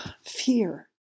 Fear